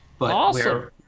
Awesome